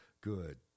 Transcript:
good